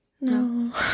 No